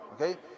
okay